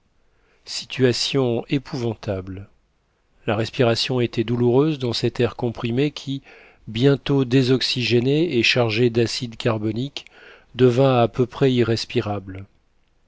situation épouvantable la respiration était douloureuse dans cet air comprimé qui bientôt désoxygéné et chargé d'acide carbonique devint à peu près irrespirable